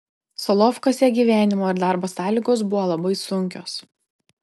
solovkuose gyvenimo ir darbo sąlygos buvo labai sunkios